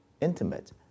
intimate